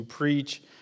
preach